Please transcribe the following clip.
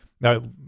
Now